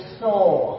soul